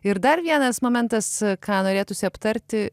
ir dar vienas momentas ką norėtųsi aptarti